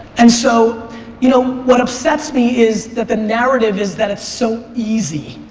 and so you know what upsets me is that the narrative is that it's so easy.